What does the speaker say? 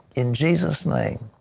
in jesus name,